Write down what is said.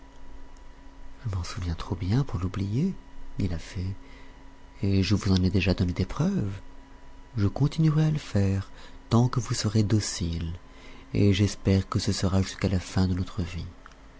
je m'en souviens trop bien pour l'oublier dit la fée et je vous en ai déjà donné des preuves je continuerai à le faire tant que vous serez docile et j'espère que ce sera jusqu'à la fin de votre vie